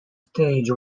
stage